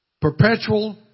Perpetual